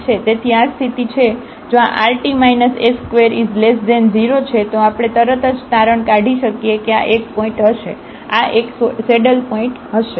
તેથી આ સ્થિતિ છે જો આ rt s20છે તો આપણે તરત જ તારણ નીકાળી શકીએ કે આ એક પોઇન્ટ હશે આ એક સેડલપોઇન્ટ હશે